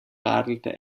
radelte